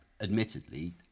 admittedly